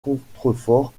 contreforts